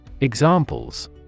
Examples